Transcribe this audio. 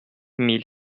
mille